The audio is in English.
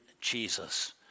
Jesus